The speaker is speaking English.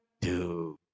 Dude